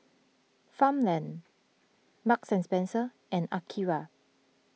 Farmland Marks and Spencer and Akira